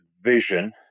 vision